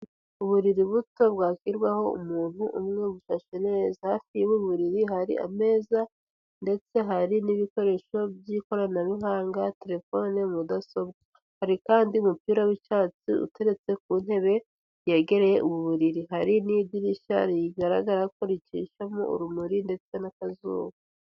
Uburiri buto bwakwirwaho umuntu umwe, busashe neza, hafi y'ubu buriri hari ameza ndetse hari n'ibikoresho by'ikoranabuhanga, terefone, mudasobwa, hari kandi umupira w'icyatsi uteretse ku ntebe yegereye ubu buriri, hari n'idirishya rigaragara ko ricishamo urumuri ndetse n'akazuba.